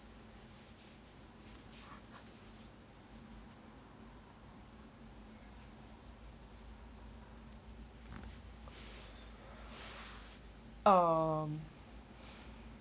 um